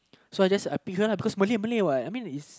so I just because Malay Malay what I mean it's